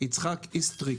יצחק איסטריק.